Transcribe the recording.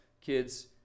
kids